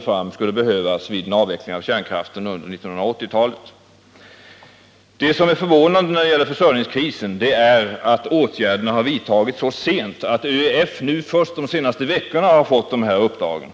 — som skulle behövas vid en avveckling av kärnkraften under 1980-talet. Det som är förvånande när det gäller försörjningskrisen är att åtgärderna har vidtagits så sent. ÖEF har ju först de senaste veckorna fått de nämnda uppdragen.